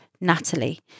natalie